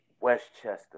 Westchester